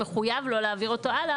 לא להעביר אותו הלאה.